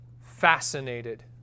fascinated